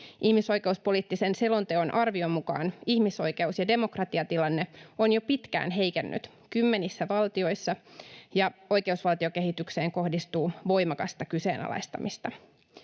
Ihmisoikeuspoliittisen selonteon arvion mukaan ihmisoikeus- ja demokratiatilanne on jo pitkään heikennyt kymmenissä valtioissa, ja oikeusvaltiokehitykseen kohdistuu voimakasta kyseenalaistamista.